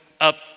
up